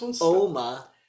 Oma